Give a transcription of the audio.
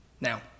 Now